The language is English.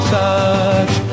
touch